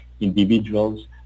individuals